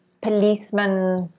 policemen